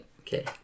Okay